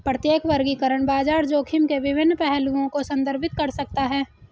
प्रत्येक वर्गीकरण बाजार जोखिम के विभिन्न पहलुओं को संदर्भित कर सकता है